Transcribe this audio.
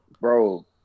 bro